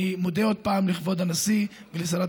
אני מודה עוד פעם לכבוד הנשיא ולשרת